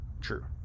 True